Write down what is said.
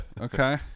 Okay